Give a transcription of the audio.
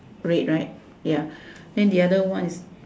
red right ya then the other one